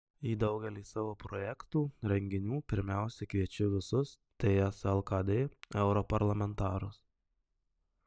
į daugelį savo projektų renginių pirmiausia kviečiau visus ts lkd europarlamentarus